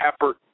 effort